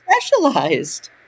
specialized